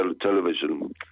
television